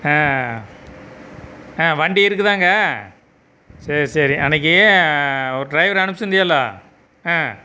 ஆ வண்டி இருக்குதாங்க சரி சரி அன்னக்கு ஒரு ட்ரைவரை அனுப்சியிருந்திகள்லோ ஆ